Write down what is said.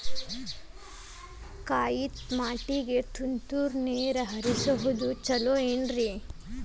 ಕಾಯಿತಮಾಟಿಗ ತುಂತುರ್ ನೇರ್ ಹರಿಸೋದು ಛಲೋ ಏನ್ರಿ?